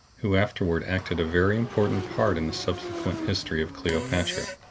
who afterward acted a very important part in the subsequent history of cleopatra.